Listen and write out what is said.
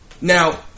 Now